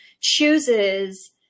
chooses